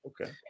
okay